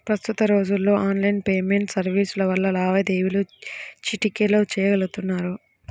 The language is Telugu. ప్రస్తుత రోజుల్లో ఆన్లైన్ పేమెంట్ సర్వీసుల వల్ల లావాదేవీలు చిటికెలో చెయ్యగలుతున్నారు